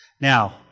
Now